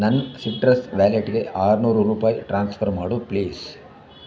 ನನ್ನ ಸಿಟ್ರಸ್ ವ್ಯಾಲೆಟ್ಗೆ ಆರುನೂರು ರೂಪಾಯಿ ಟ್ರಾನ್ಸ್ಫರ್ ಮಾಡು ಪ್ಲೀಸ್